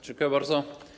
Dziękuję bardzo.